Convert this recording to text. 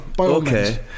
Okay